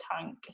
tank